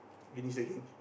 finish the game